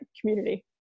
community